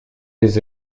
les